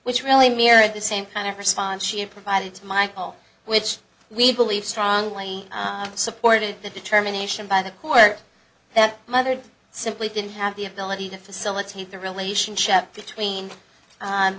which really mirrored the same kind of response she had provided to michael which we believe strongly supported the determination by the court that mother simply didn't have the ability to facilitate the relationship between